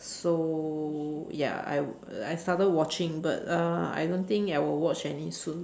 so ya I I started watching but uh I don't think I will watch any soon